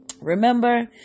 Remember